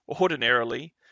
ordinarily